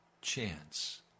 chance